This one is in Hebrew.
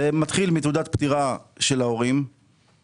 זה מתחיל מתעודת פטירה של ההורים,